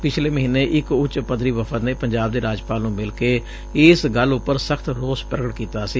ਪਿਛਲੇ ਮਹੀਨੇ ਇੱਕ ਉਚ ਪੱਧਰੀ ਵਫਦ ਨੇ ਪੰਜਾਬ ਦੇ ਰਾਜਪਾਲ ਨੂੰ ਮਿਲ ਕੇ ਇਸ ਗੱਲ ਉਪਰ ਸਖਤ ਰੋਸ ਪੁਗਟ ਕੀਤਾ ਸੀ